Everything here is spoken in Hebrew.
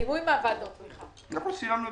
משה, עברה פה הכשרה חלופית ומעכבים את